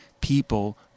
people